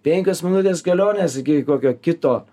penkios minutės kelionės iki kokio kito